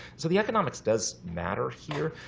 so the economics does matter here.